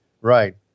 right